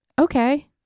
Okay